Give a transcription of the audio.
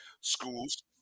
schools